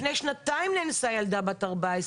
לפני שנתיים נאנסה שם ילדה בת 14,